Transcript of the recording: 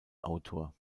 autor